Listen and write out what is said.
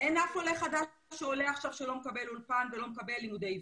אין אף עולה חדש שעולה עכשיו שלא מקבל אולפן ולא מקבל לימודי עברית.